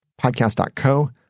Podcast.co